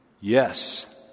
Yes